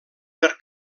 per